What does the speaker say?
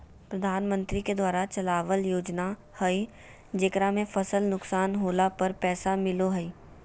प्रधानमंत्री के द्वारा चलावल योजना हइ जेकरा में फसल नुकसान होला पर पैसा मिलो हइ